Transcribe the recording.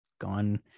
gone